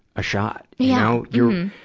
a shot. you know, you're,